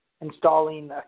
installing